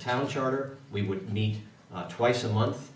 town charter we would need twice a month